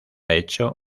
hecho